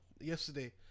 yesterday